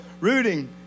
rooting